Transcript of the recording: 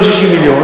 לא 60 מיליון,